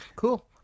Cool